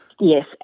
Yes